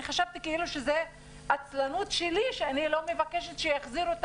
וחשבתי כאילו שזה עצלנות שלי שאני לא מבקשת שיחזירו את